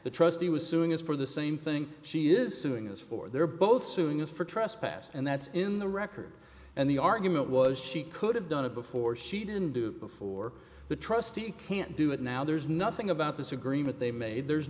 the trustee was suing us for the same thing she is suing us for their both soon as for trespass and that's in the record and the argument was she could have done it before she didn't do before the trustee can't do it now there's nothing about this agreement they made there's